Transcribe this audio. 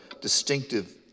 distinctive